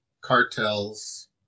cartels